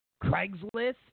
Craigslist